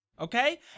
Okay